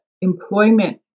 employment